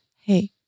hey